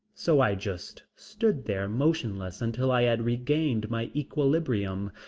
so i just stood there motionless until i had regained my equilibrium.